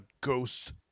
ghost